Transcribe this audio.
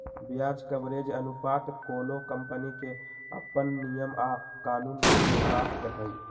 ब्याज कवरेज अनुपात कोनो कंपनी के अप्पन नियम आ कानून के बात हई